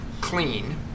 clean